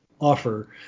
offer